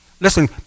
Listen